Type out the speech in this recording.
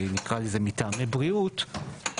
נקרא לזה מטעמי בריאות,